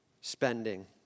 spending